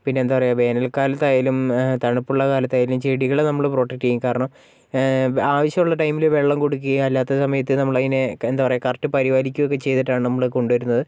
പിന്നെന്താണ് പറയുക വേനൽക്കാലത്തായാലും തണുപ്പുള്ള കാലത്തായാലും ചെടികള് നമ്മള് പ്രൊട്ടക്ട് ചെയ്യും കാരണം ആവശ്യമുള്ള ടൈമില് വെള്ളം കൊടുക്കുകയും അല്ലാത്ത സമയത്ത് നമ്മളതിനെ എന്താണ് പറയുക കറക്റ്റ് പരിപാലിക്കുകയുമൊക്കെ ചെയ്തിട്ടാണ് നമ്മള് കൊണ്ടുവരുന്നത്